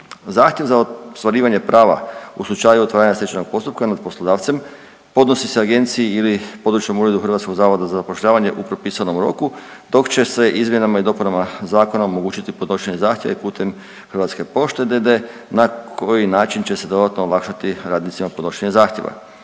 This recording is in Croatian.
Zahtjev za ostvarivanje prava u slučaju otvaranja stečajnog postupka nad poslodavcem podnosi se Agenciji ili područnom uredu HZZ-a u propisanom roku, dok će se izmjena i dopuna Zakona omogućiti podnošenje zahtjeva i putem Hrvatske pošte d.d. na koji način će se dodatno olakšati radnicima podnošenje zahtjeva.